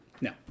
no